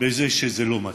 בזה שזה לא מספיק.